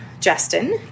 Justin